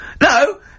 No